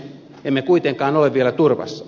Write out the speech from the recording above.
emme kuitenkaan ole vielä turvassa